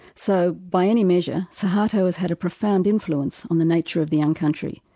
so by any measure, suharto has had a profound influence on the nature of the young country,